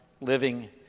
living